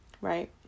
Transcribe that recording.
Right